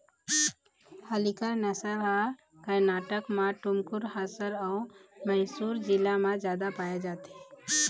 हल्लीकर नसल ह करनाटक म टुमकुर, हासर अउ मइसुर जिला म जादा पाए जाथे